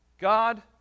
God